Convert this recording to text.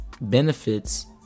benefits